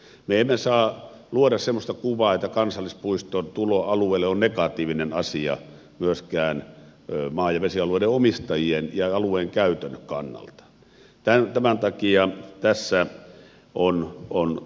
me emme saa luoda semmoista kuvaa että kansallispuiston tulo alueelle on negatiivinen asia myöskään maa ja vesialueiden omistajien ja alueen käytön kannalta täyttävän takia tässä on ollut